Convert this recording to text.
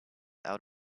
out